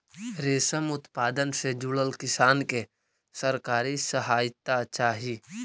रेशम उत्पादन से जुड़ल किसान के सरकारी सहायता चाहि